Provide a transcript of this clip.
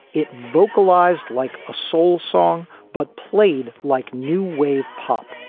it vocalised like a soul song, but played like new wave pop.